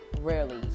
rarely